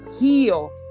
heal